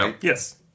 Yes